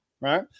Right